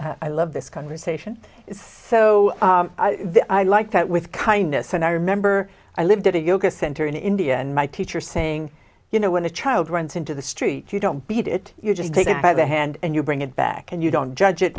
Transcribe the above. here i love this conversation so i like that with kindness and i remember i lived in a yoga center in india and my teacher saying you know when a child runs into the street you don't beat it you're just taken by the hand and you bring it back and you don't judge it